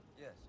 Yes